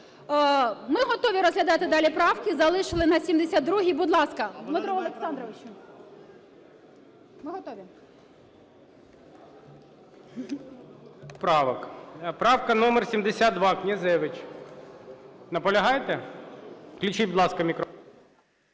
Ми готові розглядати далі правки, залишили на 72-й. Будь ласка, Дмитро Олександровичу. Ми готові. ГОЛОВУЮЧИЙ. Правка номер 72, Князевич. Наполягаєте? Включіть, будь ласка, мікрофон.